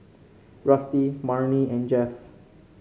Rusty Marnie and Jeff